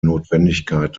notwendigkeit